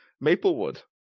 Maplewood